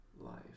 life